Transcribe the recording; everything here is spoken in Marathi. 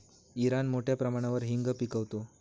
इराण मोठ्या प्रमाणावर हिंग पिकवतो